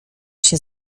się